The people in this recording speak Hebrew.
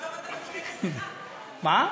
תקשיב רגע, גפני, מה?